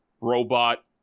Robot